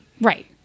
Right